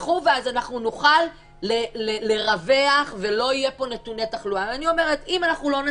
יפעלו בהתאם להוראות אלה: על אף האמור בתקנה 22,